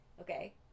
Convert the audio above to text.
okay